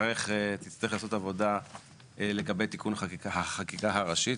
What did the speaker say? תצטרך להיעשות עבודה לגבי תיקון החקיקה ראשית.